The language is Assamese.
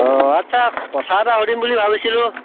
অ' আচ্ছা কথা এটা সুধিম বুলি ভাবিছিলোঁ